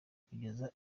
kugeza